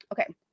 okay